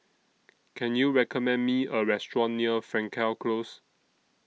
Can YOU recommend Me A Restaurant near Frankel Close